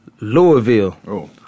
Louisville